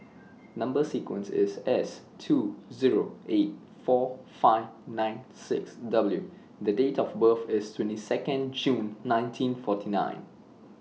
Number sequence IS S two Zero eight four five nine six W The Date of birth IS twenty Second June nineteen forty nine